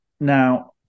now